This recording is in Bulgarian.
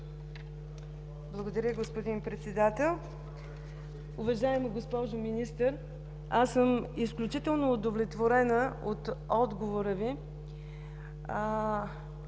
Благодаря, господин Председател. Уважаема госпожо Министър, аз съм изключително удовлетворена от отговора Ви.